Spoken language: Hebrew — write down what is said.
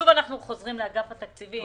שוב אנחנו חוזרים לאגף התקציבים,